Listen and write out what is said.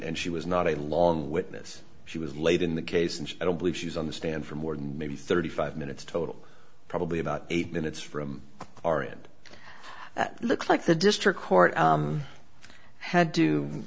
and she was not a long witness she was late in the case and i don't believe she was on the stand for more than maybe thirty five minutes total probably about eight minutes from our end looks like the district court had